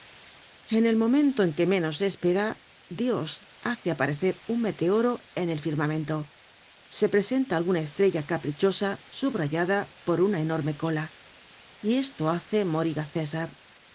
en el momento en que menos se espera dios hace aparecer un meteoro en el firmamento se presenta alguna estrella caprichosa subrayada por una enorme cola y esto hace morir á césar